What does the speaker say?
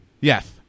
Yes